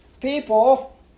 people